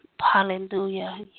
Hallelujah